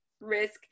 risk